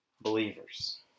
believers